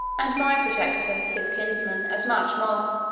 and my protector, his kinsman, as much more,